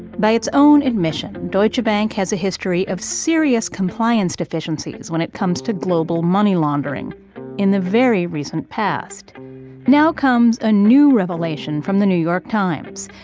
by its own admission, deutsche bank has a history of serious compliance deficiencies when it comes to global money laundering in the very recent past now comes a new revelation from the new york times.